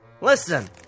Listen